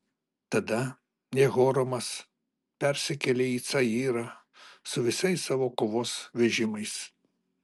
tada jehoramas persikėlė į cayrą su visais savo kovos vežimais